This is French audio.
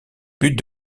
but